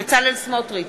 בצלאל סמוטריץ,